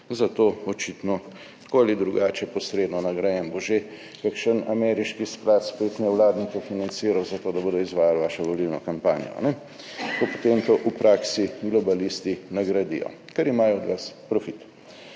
za to očitno tako ali drugače posredno nagrajeni. Bo že kakšen ameriški sklad spet financiral nevladnike zato, da bodo izvajali vašo volilno kampanjo. Potem to v praksi globalisti nagradijo, kar imajo od vas profit.